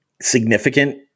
significant